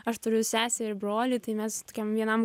aš turiu seserį brolį tai mes tokiam vienam